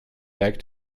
back